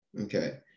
okay